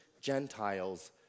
Gentiles